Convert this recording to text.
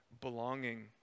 belonging